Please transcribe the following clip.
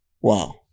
wow